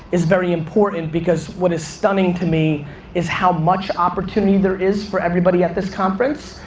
is very important, because what is stunning to me is how much opportunity there is for everybody at this conference,